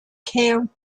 camp